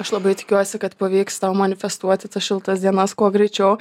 aš labai tikiuosi kad pavyks tau manifestuoti tas šiltas dienas kuo greičiau